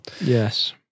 Yes